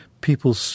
people